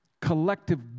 collective